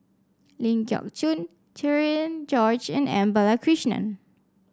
Ling Geok Choon Cherian George and M Balakrishnan